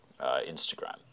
Instagram